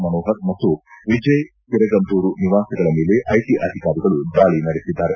ಮನೋಪರ್ ಮತ್ತು ವಿಜಯ್ ಕಿರಗಂದೂರು ನಿವಾಸಗಳ ಮೇಲೆ ಐಟಿ ಅಧಿಕಾರಿಗಳು ದಾಳಿ ನಡೆಸಿದ್ದಾರೆ